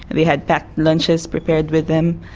and they had packed lunches prepared with them.